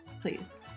Please